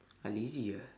I lazy ah